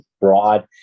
broad